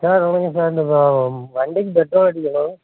sir வணக்கம் sir நம்ம வண்டிக்கு பெட்ரோல் அடிக்கணும்